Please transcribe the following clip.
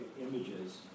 Images